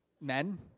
men